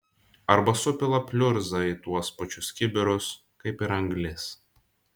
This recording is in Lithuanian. arba supila pliurzą į tuos pačius kibirus kaip ir anglis